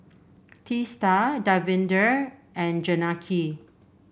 Teesta Davinder and Janaki